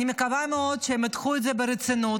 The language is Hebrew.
אני מקווה מאוד שהם ייקחו את זה ברצינות.